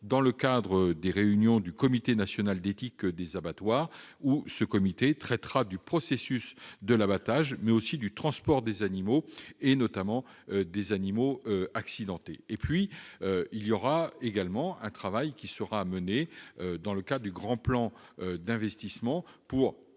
dans le cadre des réunions du Comité national d'éthique des abattoirs, lequel traitera du processus de l'abattage, mais aussi du transport des animaux, notamment des animaux accidentés. Un travail sera également mené dans le cadre du grand plan d'investissement pour